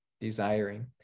desiring